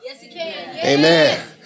Amen